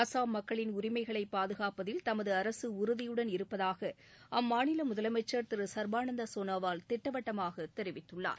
அசாம் மக்களின் உரிமைகளை பாதுகாப்பதில் தமது அரசு உறுதியுடன் இருப்பதாக அம்மாநில முதலமைச்சர் திரு சர்பானந்தா சோனாவால் திட்டவட்டமாக தெரிவித்துள்ளார்